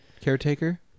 caretaker